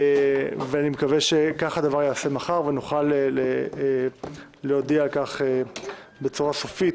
אני מקווה שכך ייעשה מחר ונוכל להודיע על כך בצורה סופית